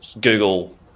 Google